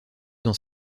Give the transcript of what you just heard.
dans